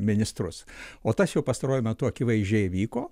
ministrus o tas jo pastaruoju metu akivaizdžiai vyko